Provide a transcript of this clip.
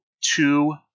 two